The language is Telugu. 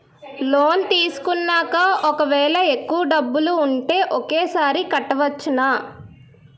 లోన్ తీసుకున్నాక ఒకవేళ ఎక్కువ డబ్బులు ఉంటే ఒకేసారి కట్టవచ్చున?